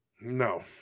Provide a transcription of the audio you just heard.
No